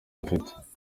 afite